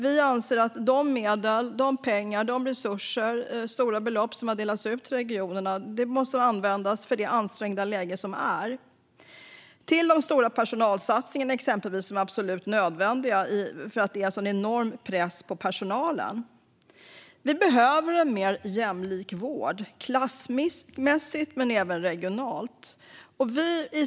Vi anser att de stora belopp som har delats ut till regionerna måste användas i det ansträngda läge som råder - exempelvis till de stora personalsatsningar som är absolut nödvändiga för att det är en sådan enorm press på personalen. Vi behöver en mer jämlik vård, klassmässigt och regionalt.